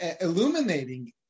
illuminating